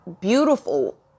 beautiful